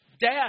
death